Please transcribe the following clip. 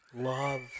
love